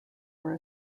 were